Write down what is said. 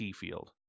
field